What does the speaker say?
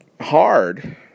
hard